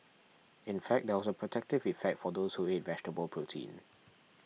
in fact there was a protective effect for those who ate vegetable protein